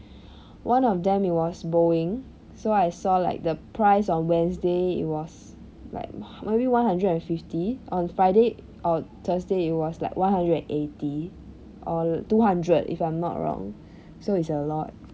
one of them it was boeing so I saw like the price on wednesday it was like maybe one hundred and fifty on friday or thursday it was like one hundred and eighty or two hundred if I'm not wrong so it's a lot